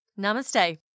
Namaste